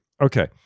okay